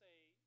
Say